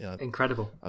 Incredible